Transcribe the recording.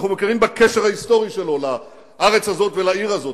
אנחנו מכירים בקשר ההיסטורי שלו לארץ הזאת ולעיר הזאת.